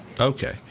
Okay